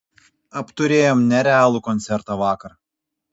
apturėjom nerealų koncertą vakar